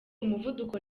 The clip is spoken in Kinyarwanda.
umuvuduko